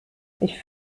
ich